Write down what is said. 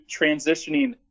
transitioning